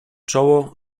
czoło